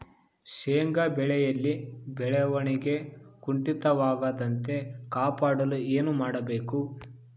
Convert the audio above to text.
ಶೇಂಗಾ ಬೆಳೆಯಲ್ಲಿ ಬೆಳವಣಿಗೆ ಕುಂಠಿತವಾಗದಂತೆ ಕಾಪಾಡಲು ಏನು ಮಾಡಬೇಕು?